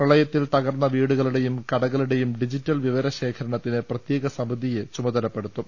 പ്രളയത്തിൽ തകർന്ന വീടു കളുടെയും കടകളുടെയും ഡിജിറ്റൽ വിവരശേഖരണത്തിന് പ്രത്യേക സമിതിയെ ചുമതലപ്പെടുത്തും